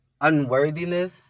unworthiness